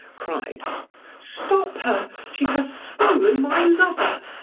cried stop her! she has stolen my lover!